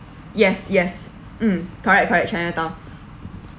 yes yes mm correct correct chinatown